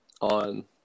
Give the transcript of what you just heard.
on